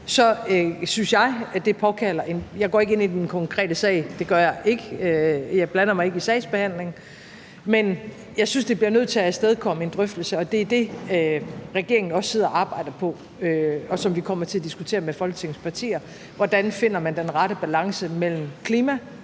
jeg går ikke ind i den konkrete sag; det gør jeg ikke, for jeg blander mig ikke i sagsbehandling – at det bliver nødt til at afstedkomme en drøftelse. Det er det, regeringen også sidder og arbejder på, og som vi kommer til at diskutere med Folketingets partier: Hvordan finder man den rette balance mellem klima